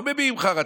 לא מביעים חרטה.